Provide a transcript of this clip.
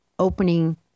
Opening